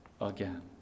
again